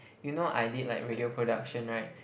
you know I did like radio production right